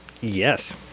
Yes